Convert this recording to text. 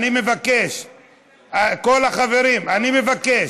כל החברים, אני מבקש.